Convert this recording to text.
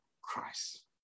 Christ